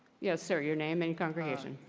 yes. sir, your name and congregation.